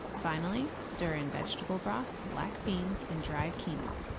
finally, stir in vegetable broth, black beans and dried quinoa.